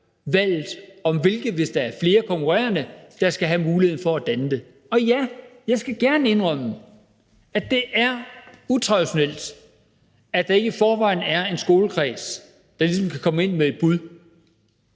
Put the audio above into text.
valget om, hvilke, hvis der er flere konkurrerende, der skal have mulighed for at danne det. Og ja, jeg skal gerne indrømme, at det er utraditionelt, at der ikke i forvejen er en skolekreds, der ligesom kan komme ind med et bud,